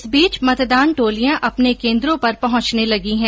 इस बीच मतदान टोलियां अपने केन्द्रों पर पहुंचने लगी है